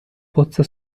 pozza